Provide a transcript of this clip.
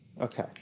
Okay